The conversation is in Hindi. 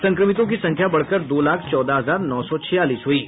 संक्रमितों की संख्या बढ़कर दो लाख चौदह हजार नौ सौ छियालीस हो गयी है